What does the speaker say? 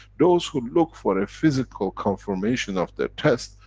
those who look for a physical confirmation of their test,